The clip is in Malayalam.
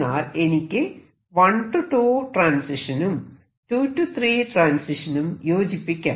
എന്നാൽ എനിക്ക് 1 → 2 ട്രാൻസിഷനും 2 →3 ട്രാൻസിഷനും യോജിപ്പിക്കാം